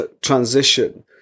transition